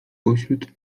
pośród